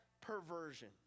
perversion